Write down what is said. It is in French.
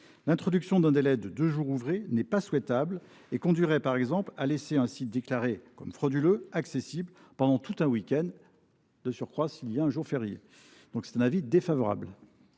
L’introduction d’un délai de deux jours ouvrés n’est pas souhaitable et conduirait par exemple à laisser un site déclaré comme frauduleux accessible pendant tout un week end, voire davantage s’il y a un jour férié. La commission spéciale